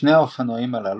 בשני האופנועים הללו,